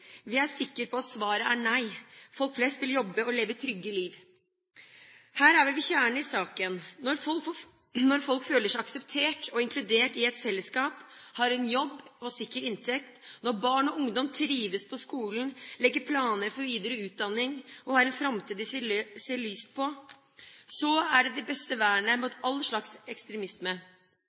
Vi er sikker på at svaret er nei, folk flest vil jobbe og leve et trygt liv. Her er vi ved kjernen i saken. Når folk føler seg akseptert og inkludert i et fellesskap, har en jobb og sikker inntekt, når barn og ungdom trives på skolen, legger planer for videre utdanning og har en framtid de ser lyst på, så er det det beste vernet mot all slags ekstremisme.